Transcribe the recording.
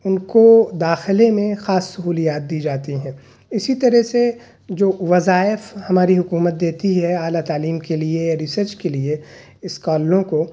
ان کو داخلے میں خاص سہولیات دی جاتی ہیں اسی طرح سے جو وظائف ہماری حکومت دیتی ہے اعلی تعلیم کے لیے ریسرچ کے لیے اسکالروں کو